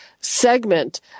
segment